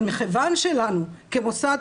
אבל מכיוון שלנו כמוסד,